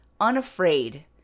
unafraid